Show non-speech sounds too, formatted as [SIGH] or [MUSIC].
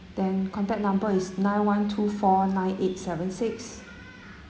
then contact number is nine one two four nine eight seven six [NOISE]